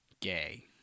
gay